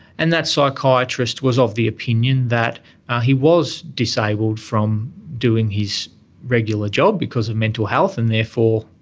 and that psychiatrist was of the opinion that he was disabled from doing his regular job because of mental health and therefore,